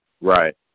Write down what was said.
Right